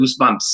goosebumps